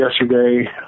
yesterday